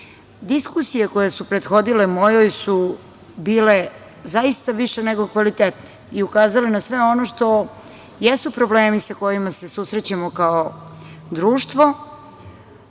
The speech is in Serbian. Diskusije koje su prethodile mojoj su bile zaista više nego kvalitetne i ukazale su na sve ono što jesu problemi sa kojima se susrećemo kao društvo